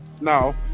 no